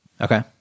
Okay